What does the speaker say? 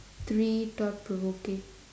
three thought provoking